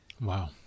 Wow